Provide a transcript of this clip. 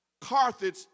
Carthage